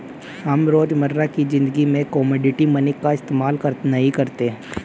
हम रोजमर्रा की ज़िंदगी में कोमोडिटी मनी का इस्तेमाल नहीं करते